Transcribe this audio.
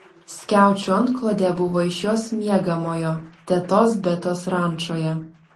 skiaučių antklodė buvo iš jos miegamojo tetos betos rančoje